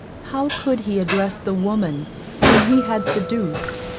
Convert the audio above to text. how could he address the woman whom he had seduced,